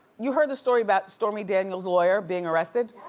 you heard the story about stormy daniels' lawyer being arrested?